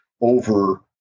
over